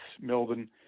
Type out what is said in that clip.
Melbourne